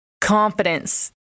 confidence